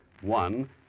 One